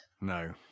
No